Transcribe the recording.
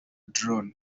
drone